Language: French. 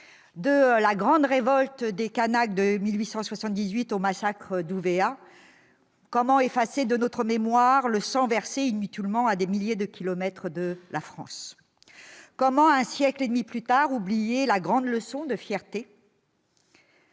De la grande révolte des Kanaks de 1878 au massacre d'Ouvéa, comment effacer de notre mémoire le sang versé inutilement à des milliers de kilomètres de la France ? Comment, trente ans plus tard, oublier la grande leçon de fierté